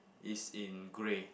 is in grey